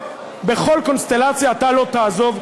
בכל קונסטלציה אתה לא תעזוב,